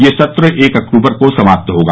यह सत्र एक अक्टूबर को समाप्त होगा